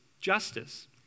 justice